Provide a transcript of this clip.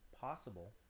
possible